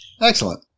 Excellent